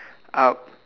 up